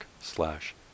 slash